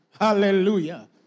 Hallelujah